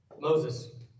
Moses